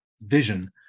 vision